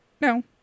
No